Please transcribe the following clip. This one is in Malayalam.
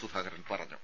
സുധാകരൻ പറഞ്ഞു